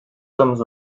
sommes